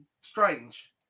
strange